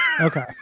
Okay